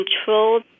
control